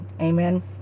amen